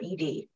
ED